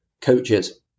coaches